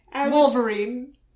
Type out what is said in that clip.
Wolverine